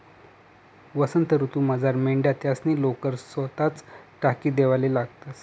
वसंत ऋतूमझार मेंढ्या त्यासनी लोकर सोताच टाकी देवाले लागतंस